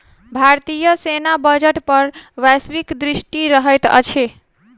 भारतीय सेना बजट पर वैश्विक दृष्टि रहैत अछि